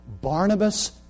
Barnabas